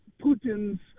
Putin's